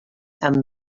amb